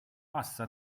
passa